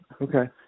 Okay